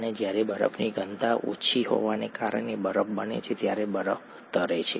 અને જ્યારે બરફની ઘનતા ઓછી હોવાને કારણે બરફ બને છે ત્યારે બરફ તરે છે